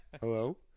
Hello